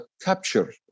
capture